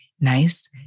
nice